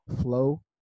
flow